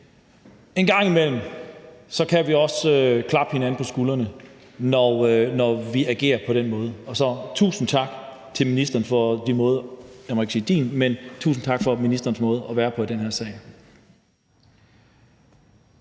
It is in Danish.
En gang imellem kan vi også klappe hinanden på skuldrene, når vi agerer på den måde. Så tusind tak til ministeren for ministerens måde at være på i den her sag.